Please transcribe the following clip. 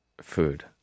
food